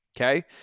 okay